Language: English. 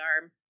arm